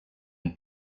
been